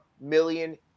million